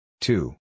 two